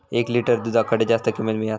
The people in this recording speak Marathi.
एक लिटर दूधाक खडे जास्त किंमत मिळात?